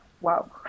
Wow